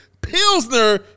pilsner